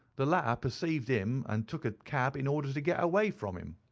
the latter perceived him, and took a cab in order to get away from him.